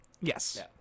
yes